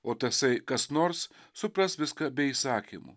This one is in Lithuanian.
o tasai kas nors supras viską be įsakymų